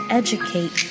educate